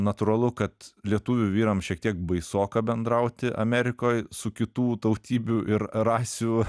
natūralu kad lietuvių vyram šiek tiek baisoka bendrauti amerikoj su kitų tautybių ir rasių